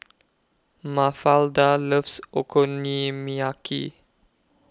Mafalda loves Okonomiyaki